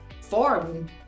form